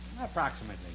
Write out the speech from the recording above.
Approximately